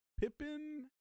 Pippin